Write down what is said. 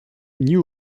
new